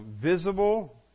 visible